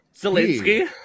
Zelensky